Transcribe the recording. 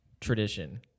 tradition